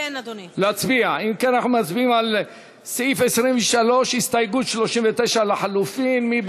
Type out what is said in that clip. קבוצת סיעת המחנה הציוני, קבוצת סיעת יש